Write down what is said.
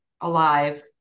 alive